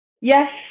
Yes